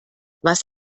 was